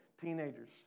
Teenagers